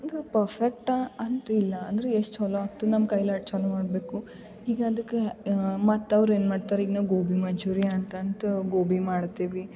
ಇದು ಪರ್ಫೆಕ್ಟ ಅಂತ ಇಲ್ಲ ಅಂದ್ರೆ ಎಷ್ಟು ಚೊಲೋ ಆಗ್ತದೆ ನಮ್ಮ ಕೈಲಿ ಚಲೋ ಮಾಡಬೇಕು ಈಗ ಅದುಕ್ಕೆ ಮತ್ತು ಅವ್ರು ಏನು ಮಾಡ್ತರೆ ಈಗ ನಾವು ಗೋಬಿ ಮಂಚೂರಿ ಅಂತಂತು ಗೋಬಿ ಮಾಡ್ತೀವಿ